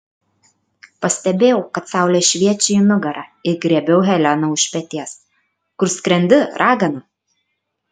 pastebėjau kad saulė šviečia į nugarą ir griebiau heleną už peties kur skrendi ragana